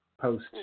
post